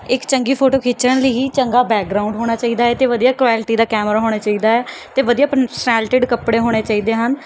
ਇੱਕ ਚੰਗੀ ਫੋਟੋ ਖਿੱਚਣ ਲਈ ਹੀ ਚੰਗਾ ਬੈਕਗ੍ਰਾਊਡ ਹੋਣਾ ਚਾਹੀਦਾ ਹੈ ਅਤੇ ਵਧੀਆ ਕੁਆਲਟੀ ਦਾ ਕੈਮਰਾ ਹੋਣਾ ਚਾਹੀਦਾ ਹੈ ਅਤੇ ਵਧੀਆ ਪਨਸੈਲਟੇਡ ਕੱਪੜੇ ਹੋਣੇ ਚਾਹੀਦੇ ਹਨ